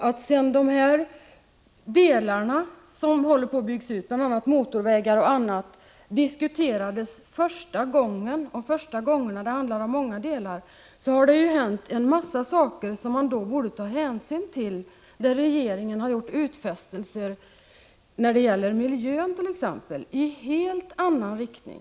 Men sedan de här delarna som håller på att byggas ut, bl.a. motorvägar och annat, diskuterades första gångerna — det handlar om många delar — har det ju hänt en massa saker som man borde ta hänsyn till. Regeringen har t.ex. gjort utfästelser när det gäller miljön i helt annan riktning.